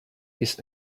his